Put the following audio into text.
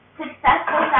successful